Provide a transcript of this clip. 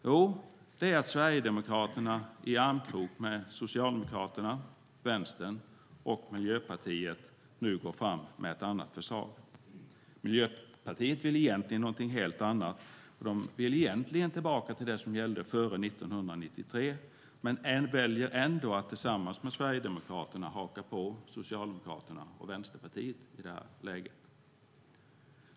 Jo, det är att Sverigedemokraterna i armkrok med Socialdemokraterna, Vänstern och Miljöpartiet går fram med ett annat förslag. Miljöpartiet vill egentligen någonting helt annat. De vill tillbaka till det som gällde före 1993 men väljer ändå att, tillsammans med Sverigedemokraterna, haka på Socialdemokraterna och Vänsterpartiet i det här läget.